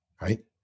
right